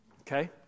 Okay